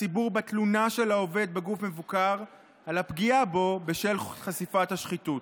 הציבור בתלונה של העובד בגוף מבוקר על הפגיעה בו בשל חשיפת השחיתות.